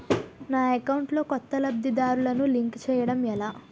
నా అకౌంట్ లో కొత్త లబ్ధిదారులను లింక్ చేయటం ఎలా?